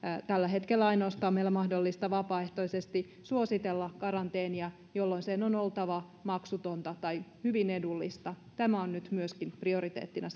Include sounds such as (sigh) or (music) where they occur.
tällä hetkellä meidän on mahdollista ainoastaan vapaaehtoisesti suositella karanteenia jolloin sen on oltava maksutonta tai hyvin edullista tämä on nyt myöskin prioriteettina (unintelligible)